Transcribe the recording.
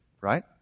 Right